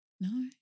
No